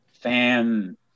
fan